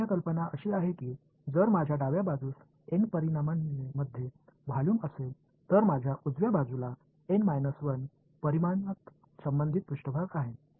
முக்கிய யோசனை என்னவென்றால் நான் இடது புறத்தில் N பரிமாணங்களில் ஒரு அளவைக் கொண்டிருந்தால் வலது புறத்தில் N 1 பரிமாணத்தில் தொடர்புடைய மேற்பரப்பு உள்ளது